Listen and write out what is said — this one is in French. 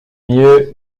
mieux